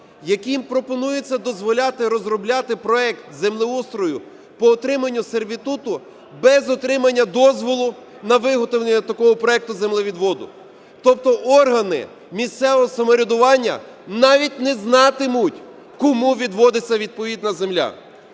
яким пропонується дозволяти розробляти проект землеустрою по отриманню сервітуту без отримання дозволу на виготовлення такого проекту землевідводу? Тобто органи місцевого самоврядування навіть не знатимуть кому відводиться відповідна земля.